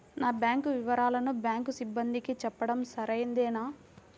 నా బ్యాంకు వివరాలను బ్యాంకు సిబ్బందికి చెప్పడం సరైందేనా?